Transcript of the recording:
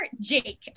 Jake